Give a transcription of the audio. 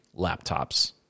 laptops